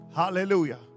Hallelujah